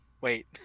wait